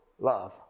love